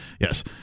Yes